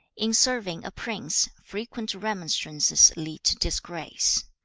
in serving a prince, frequent remonstrances lead to disgrace.